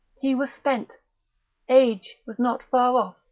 he was spent age was not far off